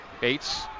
Bates